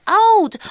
out